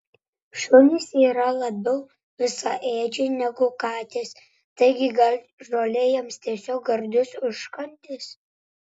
šunys yra labiau visaėdžiai negu katės taigi gal žolė jiems tiesiog gardus užkandis